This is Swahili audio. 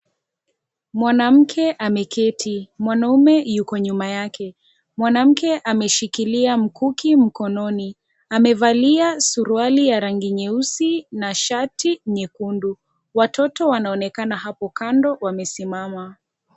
Mwanamke ameketi. Mwanaume yuko nyuma yake. Mwanamke ameshikilia mkuki mkononi. Amevalia suruali ya rangi nyeusi na shati nyekundu. Watoto wanaonekana hapo kando, wamesimama.